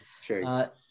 sure